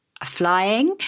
flying